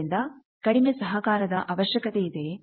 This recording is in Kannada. ಇದರಿಂದ ಕಡಿಮೆ ಸಹಕಾರದ ಅವಶ್ಯಕತೆ ಇದೆಯೇ